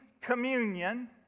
communion